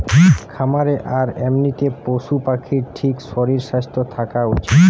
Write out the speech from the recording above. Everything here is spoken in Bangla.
খামারে আর এমনিতে পশু পাখির ঠিক শরীর স্বাস্থ্য থাকা উচিত